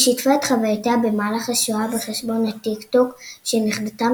היא שיתפה את חוויותיה במהלך השואה בחשבון ה-TikTok של נכדתה,